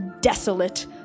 Desolate